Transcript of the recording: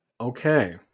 Okay